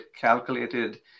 calculated